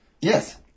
Yes